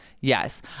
yes